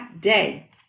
day